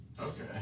Okay